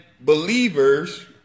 believers